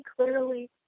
clearly